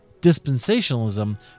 Dispensationalism